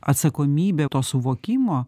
atsakomybė to suvokimo